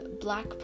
black